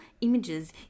images